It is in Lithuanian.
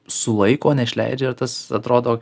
sulaiko neišleidžia ir tas atrodo